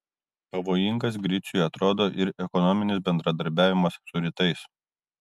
pavojingas griciui atrodo ir ekonominis bendradarbiavimas su rytais